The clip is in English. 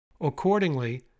Accordingly